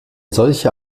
solcher